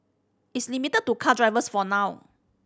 it's limited to car drivers for now